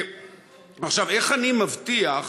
עכשיו, איך אני מבטיח,